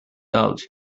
out